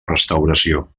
restauració